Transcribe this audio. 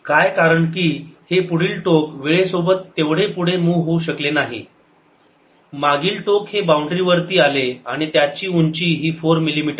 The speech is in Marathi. काय कारण की हे पुढील टोक वेळेसोबत तेवढे पुढे मूव्ह होऊ शकले नाही मागील टोक बाउंड्री वरती आले आणि त्याची उंची ही 4 मिलिमीटर आहे